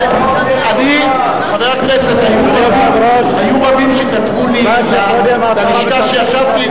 היו רבים שכתבו לי ללשכה כשישבתי,